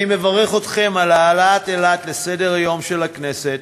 אני מברך אתכם על העלאת אילת לסדר-היום של הכנסת,